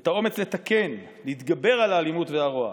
את האומץ לתקן, להתגבר על האלימות והרוע.